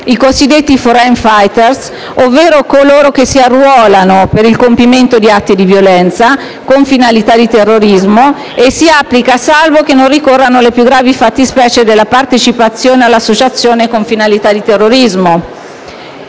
i cosiddetti *foreign fighters*, ovvero coloro che si arruolano per il compimento di atti di violenza con finalità di terrorismo e si applica salvo che non ricorrano la più gravi fattispecie della partecipazione all'associazione con finalità di terrorismo.